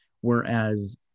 whereas